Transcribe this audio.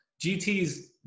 GT's